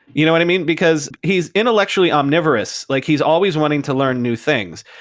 you know what i mean? because he's intellectually omnivorous. like he's always wanting to learn new things.